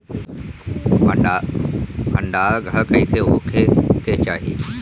भंडार घर कईसे होखे के चाही?